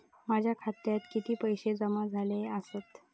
माझ्या खात्यात किती पैसे जमा झाले आसत?